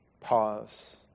Pause